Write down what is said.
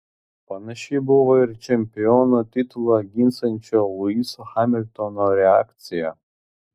panaši buvo ir čempiono titulą ginsiančio luiso hamiltono reakcija